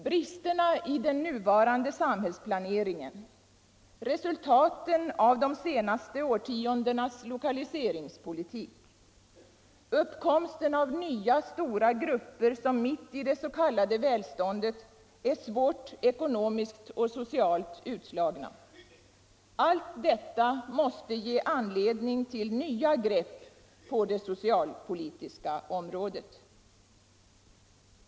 Bristerna i den nuvarande samhällsplaneringen, resultaten av de senaste årtiondenas lokaliseringspolitik, uppkomsten av nya stora grupper som mitt i det s.k. välståndet är svårt ekonomiskt och socialt utslagna — allt detta måste ge anledning till nya grepp på det socialpolitiska området.